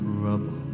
rubble